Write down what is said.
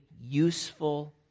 useful